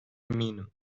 eminim